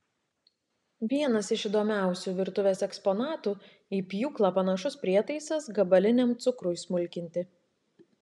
vienas iš įdomiausių virtuvės eksponatų į pjūklą panašus prietaisas gabaliniam cukrui smulkinti